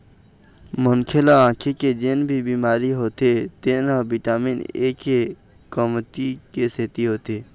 मनखे ल आँखी के जेन भी बिमारी होथे तेन ह बिटामिन ए के कमती के सेती होथे